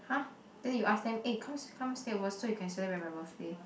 (huh) then you ask them eh come come stay over so you can celebrate my birthday